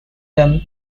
them